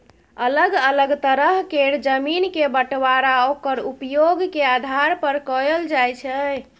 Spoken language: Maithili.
अलग अलग तरह केर जमीन के बंटबांरा ओक्कर उपयोग के आधार पर कएल जाइ छै